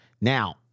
Now